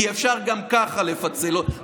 כי אפשר גם ככה לפצל אותן,